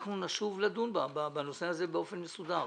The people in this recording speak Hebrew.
ואנחנו נשוב לדון בנושא הזה באופן מסודר.